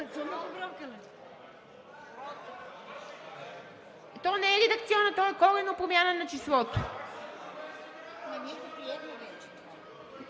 То не е редакционна, то е коренна промяна на числото.